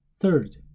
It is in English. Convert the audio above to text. Third